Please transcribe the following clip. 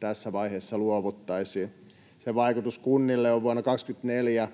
tässä vaiheessa luovuttaisiin. Sen vaikutus kunnille on vuonna 24